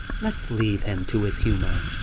let's leave him to his humor.